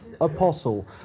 apostle